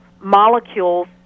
molecules